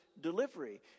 delivery